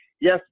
yes